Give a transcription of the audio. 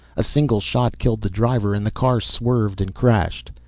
a single shot killed the driver and the car swerved and crashed.